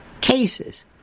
cases